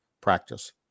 practice